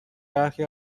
برخی